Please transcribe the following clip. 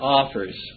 offers